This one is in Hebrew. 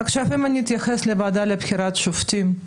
אם אני אתייחס לוועדה לבחירת שופטים,